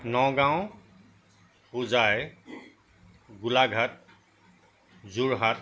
Nagaon Hojai Golaghat Jorhat